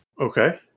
Okay